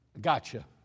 Gotcha